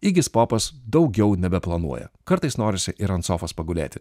įgis popas daugiau nebeplanuoja kartais norisi ir ant sofos pagulėti